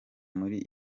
muri